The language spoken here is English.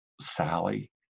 Sally